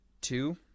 two